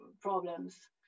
problems